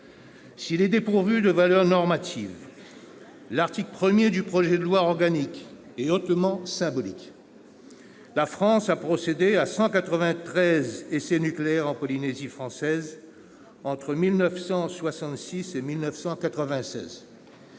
S'il est dépourvu de valeur normative, l'article 1 du projet de loi organique est hautement symbolique. La France a procédé à 193 essais nucléaires en Polynésie française entre 1966 et 1996,